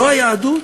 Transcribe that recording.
זאת היהדות?